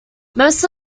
most